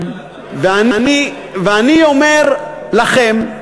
ואני אומר לכם,